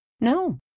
No